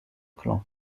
clan